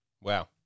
Wow